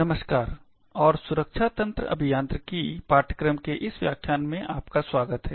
नमस्कार और सुरक्षा तंत्र अभियांत्रिकी पाठ्यक्रम के इस व्याख्यान में आपका स्वागत है